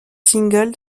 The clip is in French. single